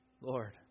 Lord